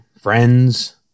friends